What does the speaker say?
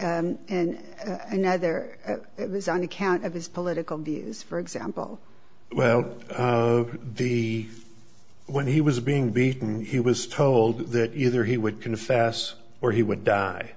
r and another at it was on account of his political views for example well he when he was being beaten he was told that either he would confess or he would die